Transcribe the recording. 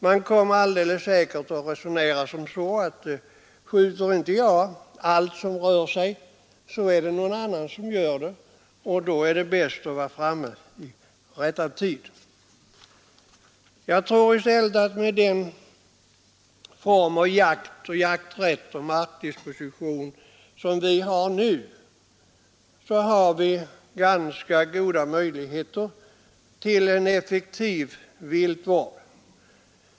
Man komme alldeles säkert att resonera som så: Skjuter inte jag allt som rör sig, är det någon annan som gör det, och därför är det bäst att vara framme i rättan tid! Jag tror i stället att vi, med den form av jakt och jakträtt och markdisposition som vi nu har, har ganska goda möjligheter till en effektiv viltvård.